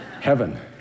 Heaven